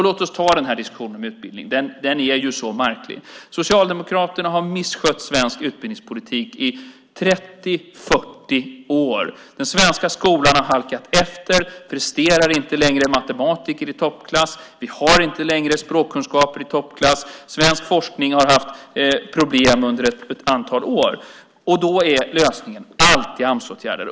Låt oss ta diskussionen om utbildning, den är så märklig. Socialdemokraterna har misskött svensk utbildningspolitik i 30-40 år. Den svenska skolan har halkat efter, presterar inte längre matematiker i toppklass. Vi har inte längre språkkunskaper i toppklass. Svensk forskning har haft problem under ett antal år. Då är lösningen alltid Amsåtgärder.